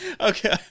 Okay